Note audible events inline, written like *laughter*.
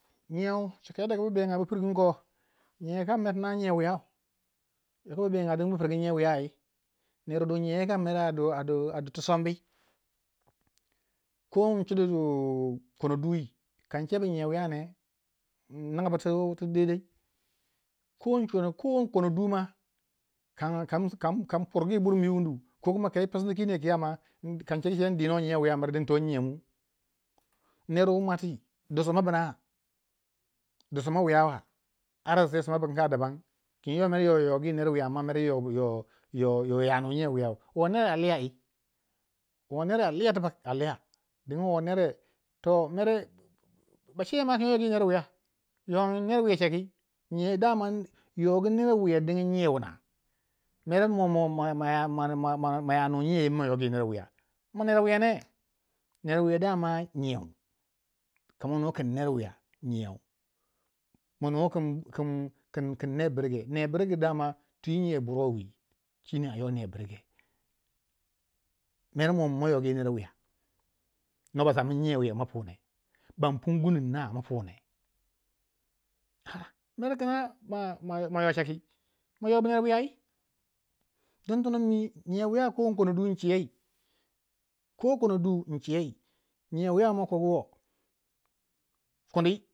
nyiau cika ku bu benga pu pur gun ko twi nyiya wuyau yoko bu bega din bu pirgu nyan wiyau ai ner wu du nyiye yeu kam a du tu sombui, ko in cudu kono dui kan cebu nyiya wiya ne in ninga bu daidai, ko incuna ko inkono du ma kam pur gi mi wundu ko kan psiu kino yi kiya ma kan cegu ceu in dino nyiya wiya miri dingin to nyiya mu ner wu mwati du sima bna du sma wuya wa ara sisei sma bu kanga dabam kinyo mer yo ywagi ner wuya amman yo ya nu nyiya wuyau, wo ner a liya ai, wo ner a liya tibak a liya, dingin wo nere mere ba ceya ma kin yo yogi ner wiya yogin ner wiya chaki, ma yogi ner wiya dingin nyiya wuna mer mo maya nu nyiyau amma manyogi ner wuya, ma ner wiya ne, ner wiya dama nyiyau, kama nu kin ner wuya nyiyau, ma nuwei kin ner birge ner bige dama twi nyiya burwa wi shine a ywa ner birge, mer mo min ma ywagi ner wiya no ba samun ner wiya maya puni ban pun gunu inna ma puni *hesitation* mer ma yo chaki, mayobu ner wiya ai don tono mi nyiay wiya ko onyikono du incei ko kon du incei, nyiya wiya wu ma kogu wo kuni